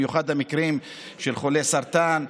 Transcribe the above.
במיוחד במקרים של חולי סרטן,